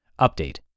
Update